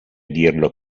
dirlo